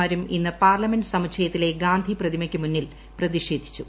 മാരും ഇന്ന് പാർലമെന്റ് സമുച്ചയത്തിലെ ഗാന്ധി പ്രതിമയ്ക്കു മുന്നിൽ പ്രതിഷേധിച്ചു